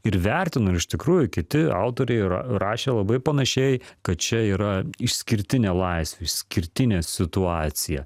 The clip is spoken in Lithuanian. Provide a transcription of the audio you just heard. ir vertino ir iš tikrųjų kiti autoriai yra rašę labai panašiai kad čia yra išskirtinė laisvė išskirtinė situacija